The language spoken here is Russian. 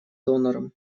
донором